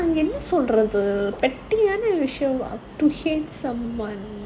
என்ன சொல்றது:enna solrathu petty விஷயம்:vishayam to hate someone